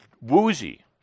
woozy